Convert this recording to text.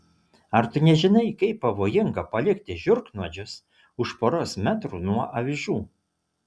ar tu nežinai kaip pavojinga palikti žiurknuodžius už poros metrų nuo avižų